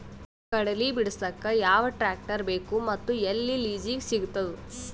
ಕಡಲಿ ಬಿಡಸಕ್ ಯಾವ ಟ್ರ್ಯಾಕ್ಟರ್ ಬೇಕು ಮತ್ತು ಎಲ್ಲಿ ಲಿಜೀಗ ಸಿಗತದ?